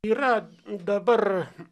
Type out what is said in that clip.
yra dabar